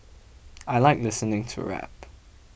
I like listening to rap